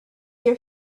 your